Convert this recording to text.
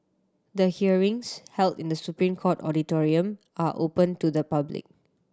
the hearings held in The Supreme Court auditorium are open to the public